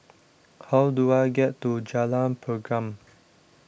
how do I get to Jalan Pergam